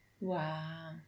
Wow